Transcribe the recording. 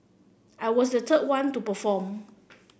I was the third one to perform